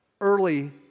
early